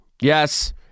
yes